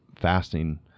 fasting